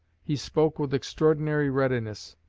he spoke with extraordinary readiness.